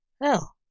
Well